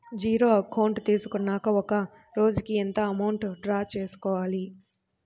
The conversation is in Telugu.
జీరో అకౌంట్ తీసుకున్నాక ఒక రోజుకి ఎంత అమౌంట్ డ్రా చేసుకోవాలి?